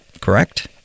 correct